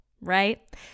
Right